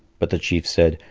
but the chief said,